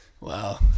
Wow